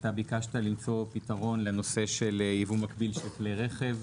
אתה ביקשת למצוא פתרון לנושא של יבוא מקביל של כלי רכב,